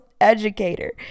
Educator